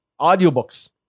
Audiobooks